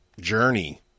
journey